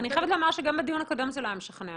אני חייבת לומר שגם בדיון הקודם זה לא היה משכנע.